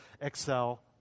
excel